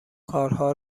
کارها